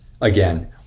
again